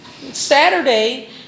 Saturday